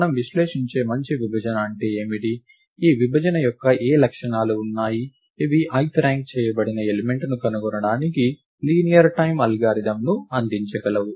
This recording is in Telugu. మనం విశ్లేషించే మంచి విభజన అంటే ఏమిటి ఈ విభజన యొక్క ఏ లక్షణాలు ఉన్నాయి ఇవి ith ర్యాంక్ చేయబడిన ఎలిమెంట్ ను కనుగొనడానికి లీనియర్ టైమ్ అల్గారిథమ్ను అందించగలవు